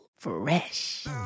Fresh